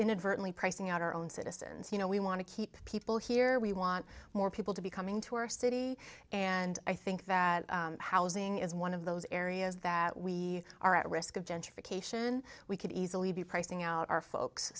inadvertently pricing out our own citizens you know we want to keep people here we want more people to be coming to our city and i think that housing is one of those areas that we are at risk of gentrification we could easily be pricing out our folks